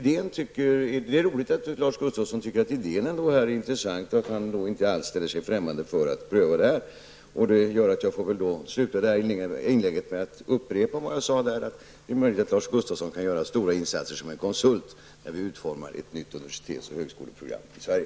Det är roligt att Lars Gustafsson tycker att idén är intressant och att han inte alls ställer sig främmande till att pröva detta. Det gör att jag väl får sluta detta inlägg med att upprepa vad jag sade om att det är möjligt att Lars Gustafsson kan göra stora insatser som konsult när vi utformar ett nytt universitetsoch högskoleprogram i Sverige.